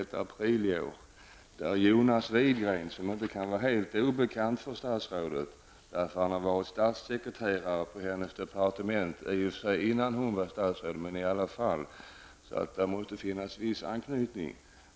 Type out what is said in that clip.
I programmet deltog Jonas Widgren, som inte kan vara helt obekant för statsrådet, eftersom han -- i och för sig innan Maj-Lis Lööw var statsråd -- var statssekreterare på hennes departement. Det måste därför finnas viss anknytning.